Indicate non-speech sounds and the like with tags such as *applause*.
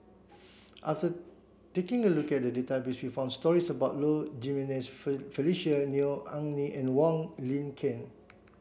after taking a look at the database we found stories about Low Jimenez *unintelligible* Felicia Neo Anngee and Wong Lin Ken